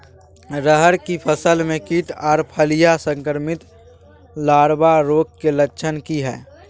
रहर की फसल मे कीट आर फलियां संक्रमित लार्वा रोग के लक्षण की हय?